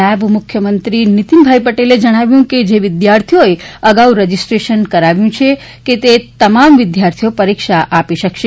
નાયબ મુખ્યમંત્રી નીતીન પટેલે જણાવ્યું છે કે જે વિદ્યાર્થીઓએ અગાઉ રજીસ્ટ્રરેશન કરાવ્યું છે કે તે તમામ વિદ્યાર્થીઓ પરિક્ષા આપી શકશે